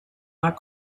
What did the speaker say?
are